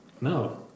No